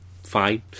Fine